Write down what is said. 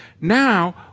Now